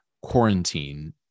quarantine